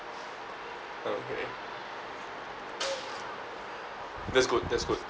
okay that's good that's good